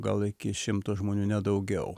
gal iki šimto žmonių nedaugiau